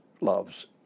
loves